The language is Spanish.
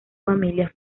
familias